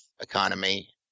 economy